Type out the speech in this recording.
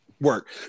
Work